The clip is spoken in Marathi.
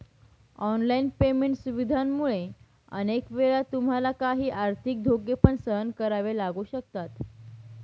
ऑनलाइन पेमेंट सुविधांमुळे अनेक वेळा तुम्हाला काही आर्थिक धोके पण सहन करावे लागू शकतात